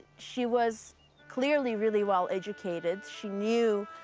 she was clearly really well-educated. she knew,